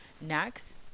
next